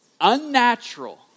unnatural